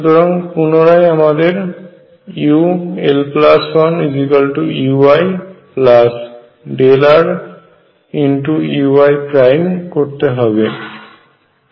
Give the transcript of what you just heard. সুতরাং পূনরায় আমাদের ui1uiΔrui করতে হবে